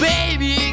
Baby